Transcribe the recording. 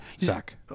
zach